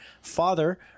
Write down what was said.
father